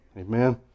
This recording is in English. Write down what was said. amen